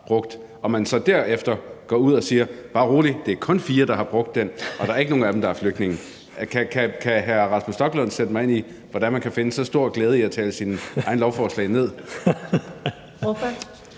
brugt, og at man så derefter går ud og siger: Bare rolig, det er kun fire, der har brugt den, og der er ikke nogen af dem, der er flygtninge. Kan hr. Rasmus Stoklund sætte mig ind i, hvordan man kan finde så stor glæde i at tale sine egne lovforslag ned?